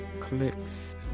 clicks